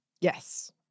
yes